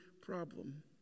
problem